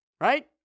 Right